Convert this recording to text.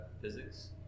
physics